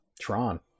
Tron